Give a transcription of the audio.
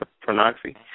pornography